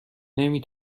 نمی